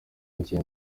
njye